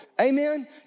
Amen